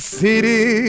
city